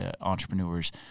entrepreneurs